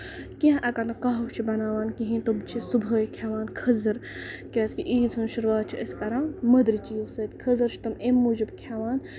کیٚنہہ اَگر نہٕ کَہوٕ چھِ بَناوان کِہیںۍ تِم چھِ صبُحٲے کھٮ۪وان کٔھزٔر کیازِ کہِ عیٖز ہنز شُروعات چھِ أسۍ کران مٔدرِ چیٖز سۭتۍ کھٔ زٔر چھِ تِم اَمہِ موٗجوٗب کھٮ۪وان